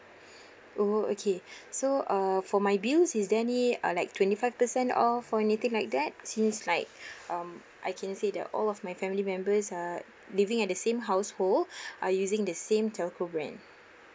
oh okay so uh for my bills is there any uh like twenty five percent off or anything like that since like um I can say that all of my family members are living at the same household are using the same telco brand